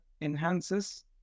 enhances